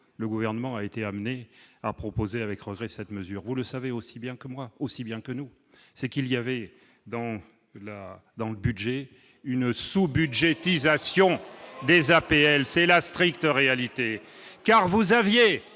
le gouvernement a été amené à proposer avec regret cette mesure où, le savez aussi bien que moi, aussi bien que nous, c'est qu'il y avait donc dans le budget, une sous-budgétisation des APL, c'est la stricte réalité car vous aviez